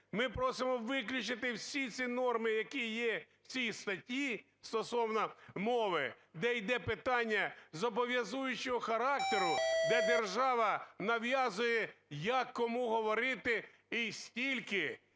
Ми просимо виключити всі ці норми, які є в цій статті, стосовно мови, де йде питання зобов'язуючого характеру, де держава нав'язує, як кому говорити і скільки,